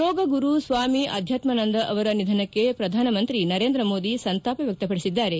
ಯೋಗ ಗುರು ಸ್ವಾಮಿ ಆಧ್ಯಾತ್ಮಾನಂದ ಅವರ ನಿಧನಕ್ಕೆ ಪ್ರಧಾನಮಂತ್ರಿ ನರೇಂದ್ರ ಮೋದಿ ಸಂತಾಪ ವ್ಯಕ್ಷಪಡಿಸಿದ್ದಾರೆ